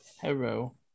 Hello